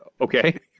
Okay